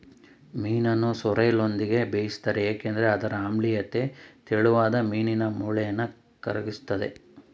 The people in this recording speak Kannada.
ಮೀನನ್ನು ಸೋರ್ರೆಲ್ನೊಂದಿಗೆ ಬೇಯಿಸ್ತಾರೆ ಏಕೆಂದ್ರೆ ಅದರ ಆಮ್ಲೀಯತೆ ತೆಳುವಾದ ಮೀನಿನ ಮೂಳೆನ ಕರಗಿಸ್ತದೆ